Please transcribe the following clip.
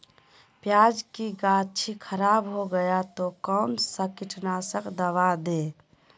प्याज की गाछी खराब हो गया तो कौन सा कीटनाशक दवाएं दे?